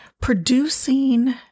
producing